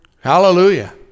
Hallelujah